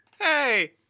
Hey